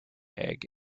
egg